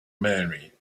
mary